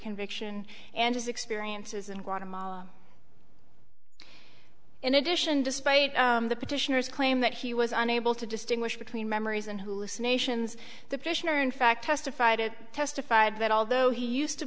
conviction and his experiences in guatemala in addition despite the petitioners claim that he was unable to distinguish between memories and who is nation's the prisoner in fact testified to testified that although he used to